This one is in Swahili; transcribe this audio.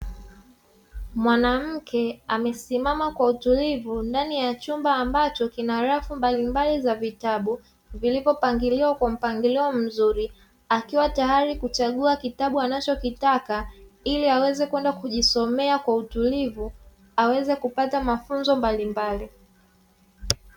Mwanamke amesimama kwa utulivu ndani ya chumba ambacho kina rafu mbalimbali za vitabu, vilivopangiliwa kwa mpangilio mzuri ,akiwa tayari kuchagua kitabu anachokitaka ili aweze kwenda kujisomea kwa utulivu aweze kupata mafunzo mbalimbali.